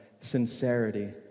Sincerity